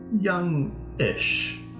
young-ish